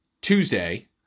Tuesday